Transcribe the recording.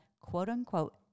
quote-unquote